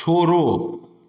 छोड़ो